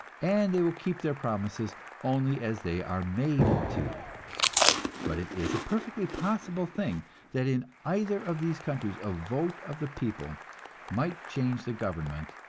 and they will keep their promises only as they are made to but it is a perfectly possible thing that in either of these countries a vote of the people might change the government,